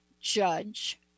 judge